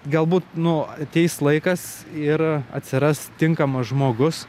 galbūt nu ateis laikas ir atsiras tinkamas žmogus